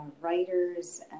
writers